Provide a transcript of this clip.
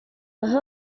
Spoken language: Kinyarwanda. aho